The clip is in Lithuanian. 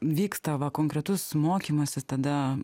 vyksta va konkretus mokymasis tada